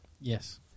yes